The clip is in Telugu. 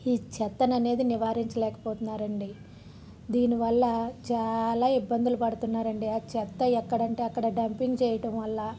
ఈ చెత్త అనేది నివారించలేకపోతున్నారండి దీనివల్ల చాలా ఇబ్బందులు పడుతున్నారండి ఆ చెత్త ఎక్కడంటే అక్కడ డంపింగ్ చేయడం వల్ల